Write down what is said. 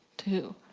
to who?